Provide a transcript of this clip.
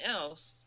else